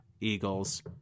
Eagles